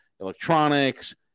electronics